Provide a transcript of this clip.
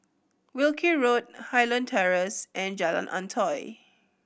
Wilkie Road Highland Terrace and Jalan Antoi